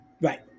Right